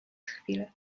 chwilę